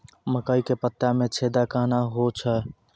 मकई के पत्ता मे छेदा कहना हु छ?